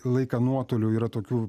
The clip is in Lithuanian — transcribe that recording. laiką nuotoliu yra tokių